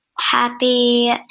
happy